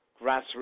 grassroots